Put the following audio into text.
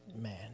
Man